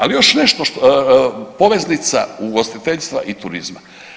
Ali još nešto, poveznica ugostiteljstva i turizma.